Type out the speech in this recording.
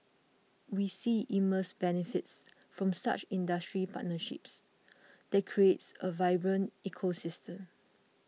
we see immense benefits from such industry partnerships that creates a vibrant ecosystem